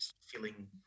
feeling